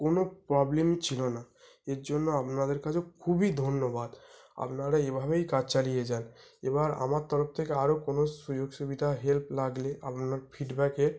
কোনো প্রবলেম ছিলো না এর জন্য আপনাদের কাছে খুবই ধন্যবাদ আপনারা এভাবেই কাজ চালিয়ে যান এবার আমার তরফ থেকে আরও কোনো সুযোগ সুবিধা হেল্প লাগলে আপনার ফিডব্যাকে